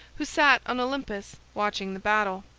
who sat on olympus watching the battle.